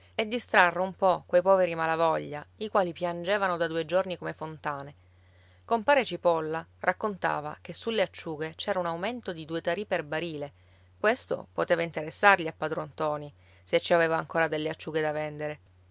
e distrarre un po quei poveri malavoglia i quali piangevano da due giorni come fontane compare cipolla raccontava che sulle acciughe c'era un aumento di due tarì per barile questo poteva interessargli a padron ntoni se ci aveva ancora delle acciughe da vendere